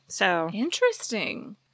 Interesting